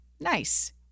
Nice